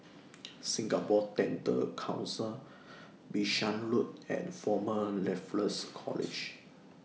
Singapore Dental Council Bishan Road and Former Raffles College